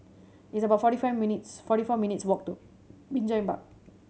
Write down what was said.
it's about forty five minutes forty four minutes' walk to Binjai Park